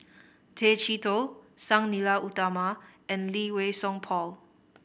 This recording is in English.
Tay Chee Toh Sang Nila Utama and Lee Wei Song Paul